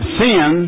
sin